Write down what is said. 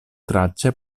tracce